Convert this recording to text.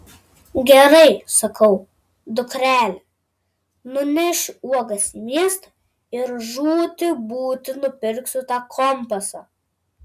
gerai sakau dukrele nunešiu uogas į miestą ir žūti būti nupirksiu tą kompasą